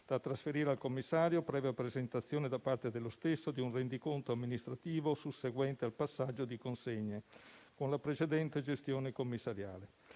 da trasferire al commissario previa presentazione da parte dello stesso di un rendiconto amministrativo susseguente al passaggio di consegne con la precedente gestione commissariale.